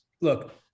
look